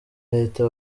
reta